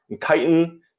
chitin